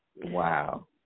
Wow